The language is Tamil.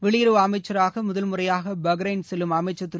வெளியுறவு அமைச்சராக முதல்முறையாக பஹ்ரைன் செல்லும் அமைச்சர் திரு